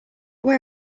where